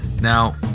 Now